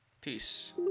peace